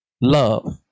love